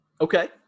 Okay